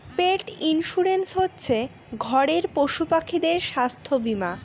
পেট insurance হচ্ছে ঘরের পশুপাখিদের স্বাস্থ্য বীমা